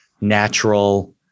natural